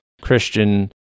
Christian